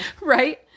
Right